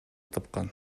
тапкан